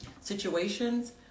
situations